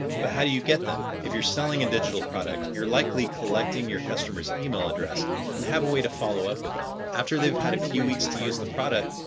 but how do you get them? if you're selling a and digital product, you're likely collecting your customer's email address and have a way to follow up with them. after they've had a few weeks to use the product,